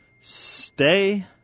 stay